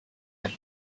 have